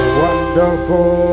wonderful